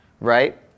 right